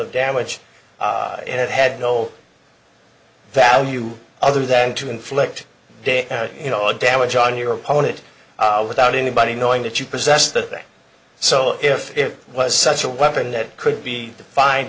of damage and it had no value other than to inflict day you know and damage on your opponent without anybody knowing that you possess the thing so if it was such a weapon that could be defined